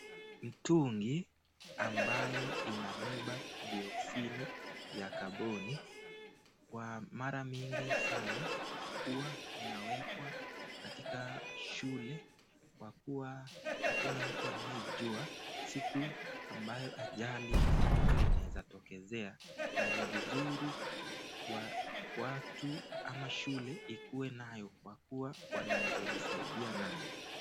Mtungi ambayo inabeba dioksidi ya kaboni kwa mara mingi sana huwa uinawekwa katika shule kwa kuwa hakuna mtu anayejua siku ambayo ajali ya moto inaweza kutokelezea na ni vizuri watu ama shule ikuwe nayo kwa kuwa wanaweza jisaidia nayo.